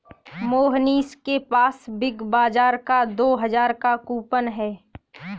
मोहनीश के पास Big Bazaar का दो हजार का कूपन है